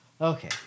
Okay